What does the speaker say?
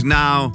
now